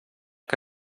que